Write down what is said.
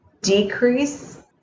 decrease